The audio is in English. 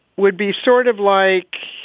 would be sort of like,